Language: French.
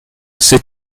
sais